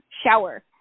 Shower